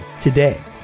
today